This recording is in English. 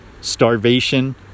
starvation